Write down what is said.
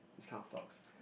this kind of talks